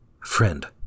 Friend